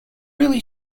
really